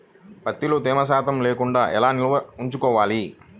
ప్రత్తిలో తేమ శాతం లేకుండా ఎలా నిల్వ ఉంచుకోవాలి?